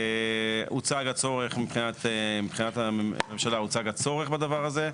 הוצג הצורך, מבחינת הממשלה הוצג הצורך בדבר הזה,